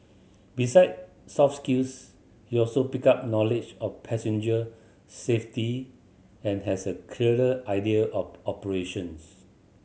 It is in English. beside soft skills he also picked up knowledge of passenger safety and has a clearer idea of operations